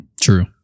True